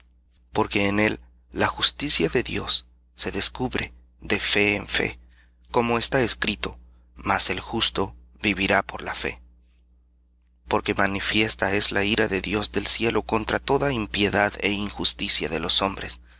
porque en él la justicia de dios se descubre de fe en fe como está escrito mas el justo vivirá por la fe porque manifiesta es la ira de dios del cielo contra toda impiedad é injusticia de los hombres